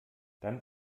dann